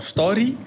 Story